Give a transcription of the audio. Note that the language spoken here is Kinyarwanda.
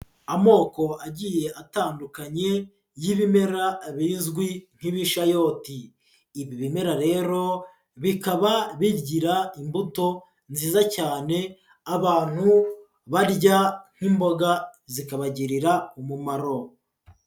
Amoko agiye atandukanye y'ibimera bizwi nk'ibishayoti. Ibi bimera rero bikaba bigira imbuto nziza cyane abantu barya nk'imboga zikabagirira umumaro.